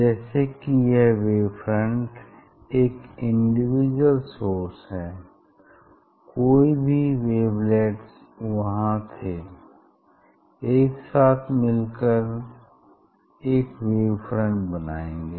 जैसे कि यह वेव फ्रंट एक इंडिविजुअल सोर्स से है कोई भी वेव लेट्स वहाँ थे एक साथ मिलकर यह एक वेव फ्रंट बनाएँगे